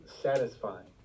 satisfying